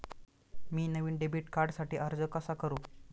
मी नवीन डेबिट कार्डसाठी अर्ज कसा करू?